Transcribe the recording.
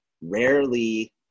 rarely